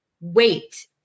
wait